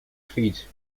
fiets